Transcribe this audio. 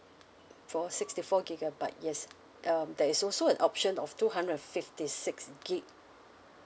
for sixty four gigabyte yes um there is also an option of two hundred and fifty six gig